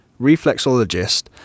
reflexologist